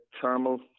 thermal